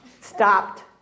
stopped